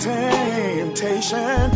temptation